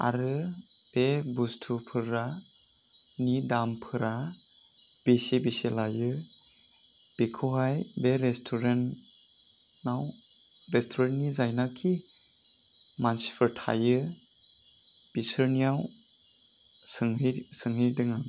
आरो बे बुस्थुफोरनि दामफोरा बेसे बेसे लायो बिखौहाय बे रेसटुरेन्टाव रेसटुरेन्टनि जायनाखि मानसिफोर थायो बिसोरनियाव सोंहैंदों आं